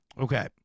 Okay